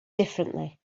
differently